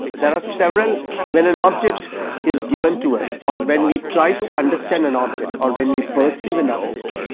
there are several when an object is given to us or when we try to understand an object or when we perceive an object.